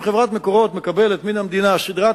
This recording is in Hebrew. אם חברת "מקורות" מקבלת מן המדינה סדרת